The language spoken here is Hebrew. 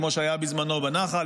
כמו שהיה בזמנו בנח"ל,